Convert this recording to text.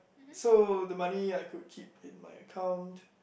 so the money I could keep in my account